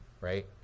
Right